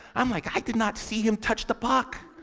i'm like i did not see him touch the puck!